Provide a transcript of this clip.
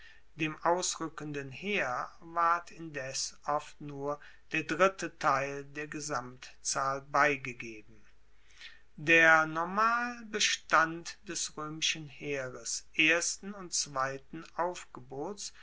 dem ausrueckenden heer ward indes oft nur der dritte teil der gesamtzahl beigegeben der normalbestand des roemischen heeres ersten und zweiten aufgebots